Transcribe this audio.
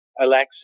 Alexa